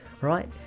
right